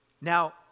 now